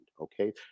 okay